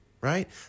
right